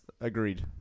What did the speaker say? agreed